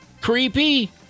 Creepy